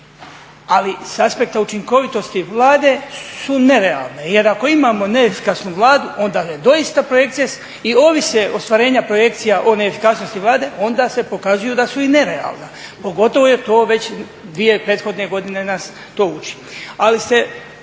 ali s aspekta učinkovitosti Vlade su nerealne jer ako imamo neefikasnu Vladu, onda … projekcije i ovise ostvarenja projekcija o neefikasnosti Vlade, onda se pokazuju da su i nerealna, pogotovo jer to već 2 prethodne godine nas to uči. Ali ste